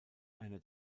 einer